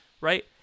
Right